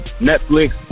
Netflix